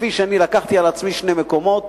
כפי שאני לקחתי על עצמי שני מקומות.